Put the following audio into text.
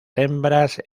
hembras